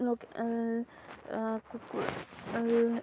local কুকুৰা আৰু